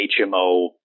HMO